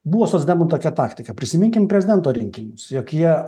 buvo socdemų tokia taktika prisiminkim prezidento rinkimus jog jie